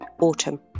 autumn